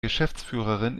geschäftsführerin